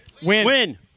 Win